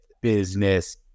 business